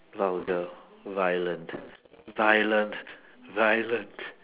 vulgar violent violent violent